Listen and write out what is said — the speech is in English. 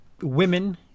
women